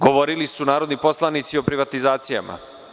Govorili su narodni poslanici o privatizacijama.